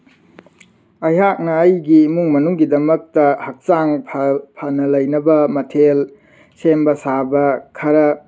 ꯑꯩꯍꯥꯛꯅ ꯑꯩꯒꯤ ꯏꯃꯨꯡ ꯃꯅꯨꯡꯒꯤꯗꯃꯛꯇ ꯍꯛꯆꯥꯡ ꯐꯅ ꯂꯩꯅꯕ ꯃꯊꯦꯜ ꯁꯦꯝꯕ ꯁꯥꯕ ꯈꯔ